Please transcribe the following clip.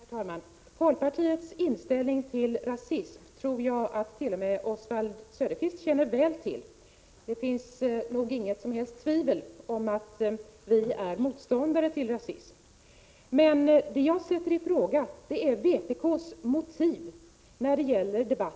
Herr talman! Folkpartiets inställning till rasism tror jag att t.o.m. Oswald Söderqvist känner väl till. Det finns nog inget som helst tvivel om att vi är motståndare till rasism. Men det som jag sätter i fråga är vpk:s motiv när det gäller